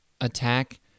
attack